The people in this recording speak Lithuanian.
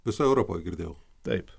visoj europoj girdėjau taip